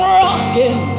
rocking